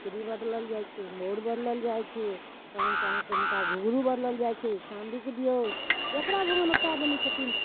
अचरी बदलल जाइत छै मौड़ बदलल जाइत छै तहनसँ अहाँके हुनका घुँधरू बदलल जाइत छै चाँदीके दिऔ जकरा भगवान ऊपाए देने छथिन